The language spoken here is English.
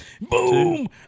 Boom